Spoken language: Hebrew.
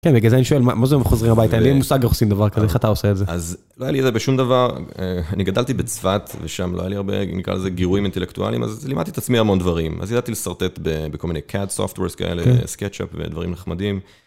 בגלל זה אני שואל, מה זה אומר חוזרים הביתה, לי אין מושג איך עושים דבר כזה, איך אתה עושה את זה? לא היה לי איזה בשום דבר, אני גדלתי בצפת ושם לא היה לי הרבה, נקרא לזה גירויים אינטלקטואליים, אז לימדתי את עצמי המון דברים, אז ידעתי לשרטט בכל מיני קאד סופטוורס כאלה, סקד שופ ודברים נחמדים.